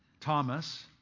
Thomas